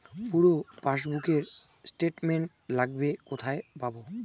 পুরো পাসবুকের স্টেটমেন্ট লাগবে কোথায় পাব?